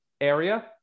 area